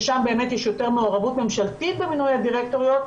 ששם באמת יש יותר מעורבות ממשלתית במינוי הדירקטוריות,